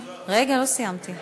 בעד 26, אין מתנגדים ואין נמנעים.